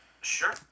Sure